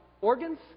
organs